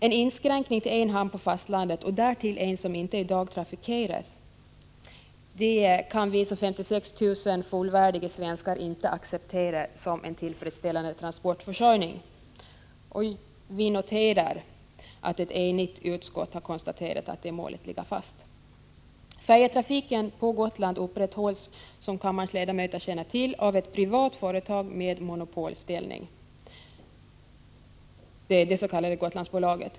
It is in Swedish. En inskränkning till en hamn på fastlandet — därtill en hamn som nu inte trafikeras — kan vi som 56 000 fullvärdiga svenskar inte acceptera som tillfredsställande transportförsörjning. Jag noterar att ett enigt utskott konstaterar att det målet ligger fast. Färjetrafiken på Gotland upprätthålls, som kammarens ledamöter känner till, av ett privat företag med monopolställning, det s.k. Gotlandsbolaget.